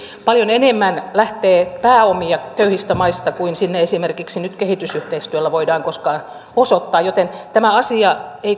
paljon enemmän lähtee pääomia köyhistä maista kuin sinne esimerkiksi nyt kehitysyhteistyöllä voidaan koskaan osoittaa joten tämä asia